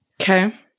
Okay